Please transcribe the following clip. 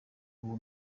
uwo